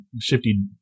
shifty